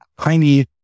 tiny